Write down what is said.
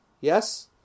Yes